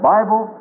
Bible